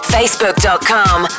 Facebook.com